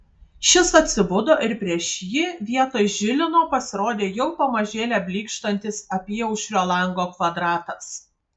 šis atsibudo ir prieš jį vietoj žilino pasirodė jau pamažėle blykštantis apyaušrio lango kvadratas